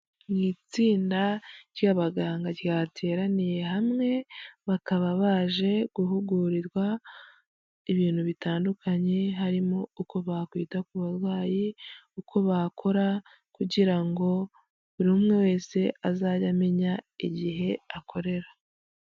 Ni itsinda ry'abaganga ryateraniye hamwe bakaba baje guhugurirwa ibintu bitandukanye, harimo uko bakwita ku barwayi, uko bakora kugira ngo buri umwe wese azajya amenya igihe akorera.